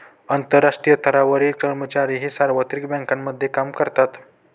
आंतरराष्ट्रीय स्तरावरील कर्मचारीही सार्वत्रिक बँकांमध्ये काम करतात